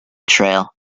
trail